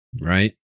right